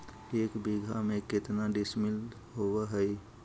एक बीघा में केतना डिसिमिल होव हइ?